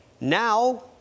Now